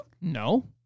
No